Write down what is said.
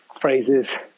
phrases